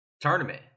tournament